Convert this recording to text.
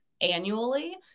annually